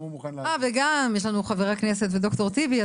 וגם יש לנו את חבר הכנסת וד"ר טיבי,